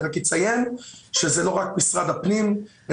אני אציין שזה לא רק משרד הפנים אלא